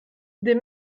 des